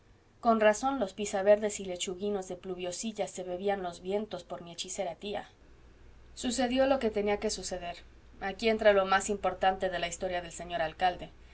con razón los pisaverdes y lechuginos de pluviosilla se bebían los vientos por mi hechicera tía sucedió lo que tenia que suceder aquí entra lo más importante de la historia del señor alcalde que un gallardo capitán guapo discreto elegante como